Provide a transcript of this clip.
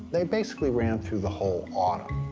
they basically ran through the whole autumn.